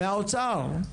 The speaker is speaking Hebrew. מהאוצר.